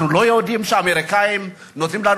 אנחנו לא יודעים שהאמריקנים נותנים לנו